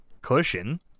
cushion